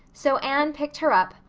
so anne picked her up,